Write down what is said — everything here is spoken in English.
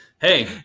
Hey